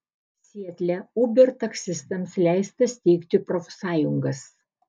sietle uber taksistams leista steigti profsąjungas